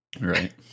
right